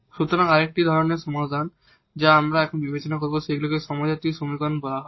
সুতরাং আরেকটি ধরণের সমীকরণ যা আমরা এখন বিবেচনা করব সেগুলিকে হোমোজিনিয়াস সমীকরণ বলা হয়